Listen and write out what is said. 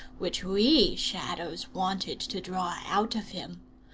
which we shadows wanted to draw out of him.